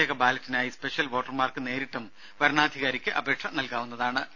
പ്രത്യേക ബാലറ്റിനായി സ്പെഷ്യൽ വോട്ടർമാർക്ക് നേരിട്ടും വരണാധികാരിക്ക് അപേക്ഷ നൽകാവുന്നതാണ്